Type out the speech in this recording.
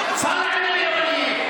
(קוראת בשמות חברי הכנסת)